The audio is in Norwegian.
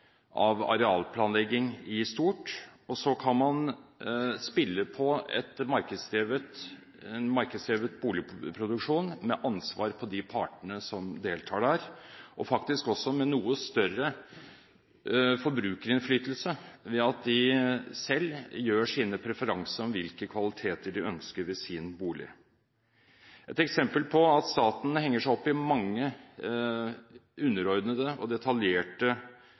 av arealplanlegging i stort. Så kan man spille på en markedsdrevet boligproduksjon med ansvar på de partene som deltar der, og faktisk også med noe større forbrukerinnflytelse ved at de selv gjør sine preferanser om hvilke kvaliteter de ønsker ved sin bolig. Et eksempel på at staten henger seg opp i mange underordnede og detaljerte